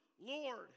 Lord